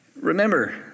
remember